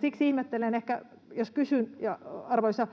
Siksi ihmettelen ja kysyn, arvoisa